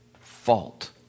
fault